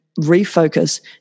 refocus